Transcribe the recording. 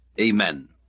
Amen